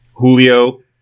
Julio